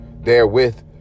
therewith